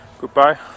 Goodbye